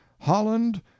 holland